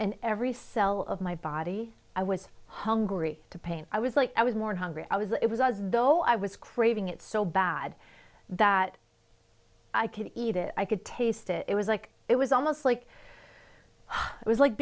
in every cell of my body i was hungry to pain i was like i was more hungry i was it was as though i was craving it so bad that i could eat it i could taste it was like it was almost like it was like